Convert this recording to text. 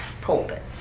pulpit